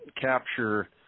capture